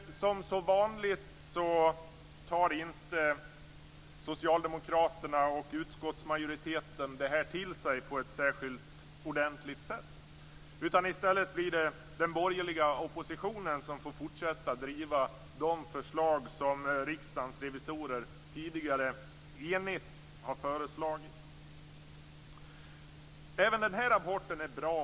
Som så vanligt tar inte socialdemokraterna och utskottsmajoriteten detta till sig på ett särskilt ordentligt sätt. I stället blir det den borgerliga oppositionen som får fortsätta driva de förslag som Riksdagens revisorer tidigare enigt har föreslagit. Även denna rapport är bra.